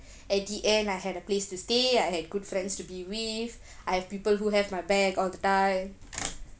at the end I had a place to stay I had good friends to be with I have people who have my back all the time